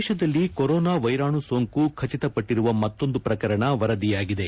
ದೇಶದಲ್ಲಿ ಕೊರೋನಾ ವೈರಾಣು ಸೋಂಕು ಖಚಿತಪಟ್ಟರುವ ಮತ್ತೊಂದು ಪ್ರಕರಣ ವರದಿಯಾಗಿದೆ